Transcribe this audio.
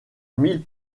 mille